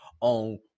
on